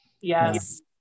Yes